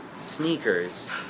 sneakers